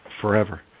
forever